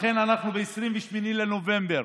לכן, אנחנו ב-28 בנובמבר